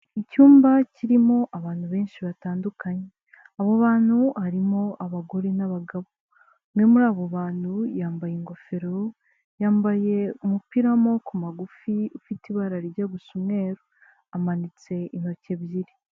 Icyumba kirimo abantu benshi batandukanye, abo bantu harimo abagore n'abagabo, umwe muri abo bantu yambaye ingofero, yambaye umupira w'amaboko magufi ufite ibara rijya gusa umwe amanitse intoki ebyiri.